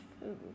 Food